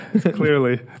Clearly